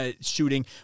shooting